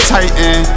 Titan